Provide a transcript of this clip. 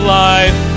life